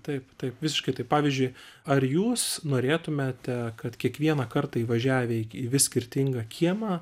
taip taip visiškai taip pavyzdžiui ar jūs norėtumėte kad kiekvieną kartą įvažiavę į vis skirtingą kiemą